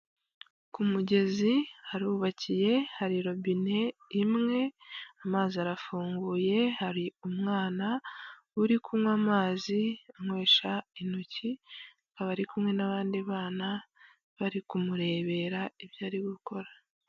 Ku mugezi harubakiye hari robine imwe amazi arafunguye, hari umwana uri kunywa amazi anywesha intoki akaba ari kumwe n'abandi bana, bari kumurebera ibyo ari gukora.